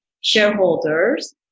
shareholders